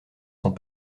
sont